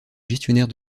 gestionnaire